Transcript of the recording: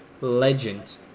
legend